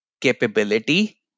capability